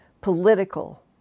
political